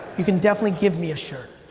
you can definitely give me a shirt.